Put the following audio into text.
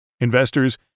Investors